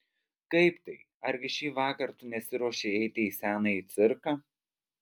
kaip tai argi šįvakar tu nesiruoši eiti į senąjį cirką